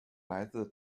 来自